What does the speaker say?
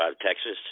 Texas